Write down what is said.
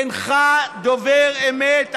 אינך דובר אמת.